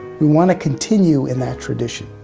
we want to continue in that tradition.